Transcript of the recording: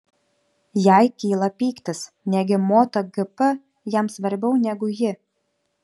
jai kyla pyktis negi moto gp jam svarbiau negu ji